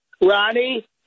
Ronnie